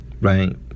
Right